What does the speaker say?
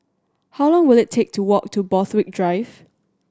how long will it take to walk to Borthwick Drive